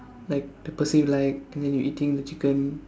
like the person you like and then you eating the chicken